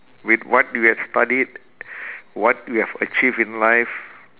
with what you have studied what you have achieved in life